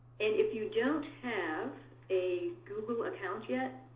and if you don't have a google account yet,